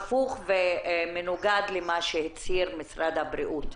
זה הפוך ומנוגד למה שהצהיר משרד הבריאות.